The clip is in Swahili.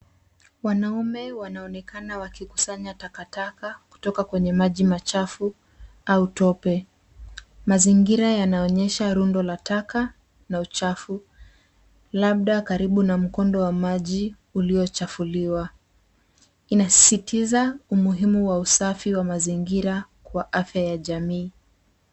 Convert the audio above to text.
Wanaume wanaonekana wakikusanya takataka kutoka kwenye maji machafu au tope. Mazingira yanaonyesha rundo la taka na uchafu labda karibu na mkondo wa maji uliochafuliwa. Inasisitiza umuhimu wa usafi wa mazingira kwa afya ya jamii.